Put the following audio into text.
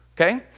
Okay